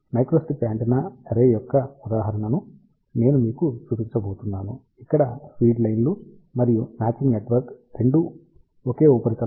microstrip antenna array యొక్క ఉదాహరణను నేను మీకు చూపించబోతున్నాను ఇక్కడ ఫీడ్ లైన్లు మరియు మ్యాచింగ్ నెట్వర్క్ రెండూ ఒకే ఉపరితలంపై కలిసిపోతాయి